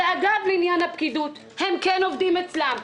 אגב, לעניין הפקידות הם כן עובדים אצלם.